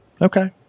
Okay